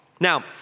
Now